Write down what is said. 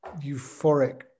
euphoric